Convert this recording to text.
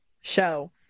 show